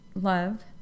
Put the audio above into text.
love